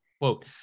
Quote